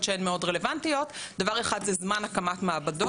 שהן מאוד רלוונטיות: דבר אחד זה זמן הקמת מעבדות,